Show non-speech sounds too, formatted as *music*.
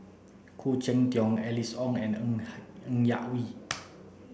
Khoo Cheng Tiong Alice Ong and *unintelligible* Ng Yak Whee *noise*